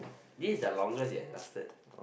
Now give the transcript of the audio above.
this is the longest it has lasted